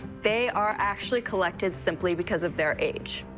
they are actually collected simply because of their age.